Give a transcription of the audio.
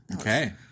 Okay